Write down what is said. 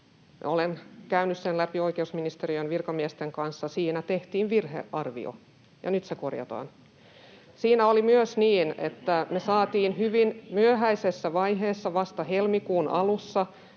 Olen käynyt sen läpi oikeusministeriön virkamiesten kanssa. Siinä tehtiin virhearvio, ja nyt se korjataan. Siinä oli myös niin, että me saatiin hyvin myöhäisessä vaiheessa, vasta helmikuun alussa,